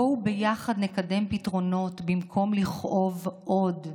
בואו ביחד נקדם פתרונות במקום לכאוב עוד.